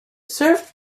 served